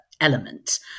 element